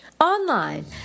online